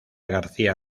garcía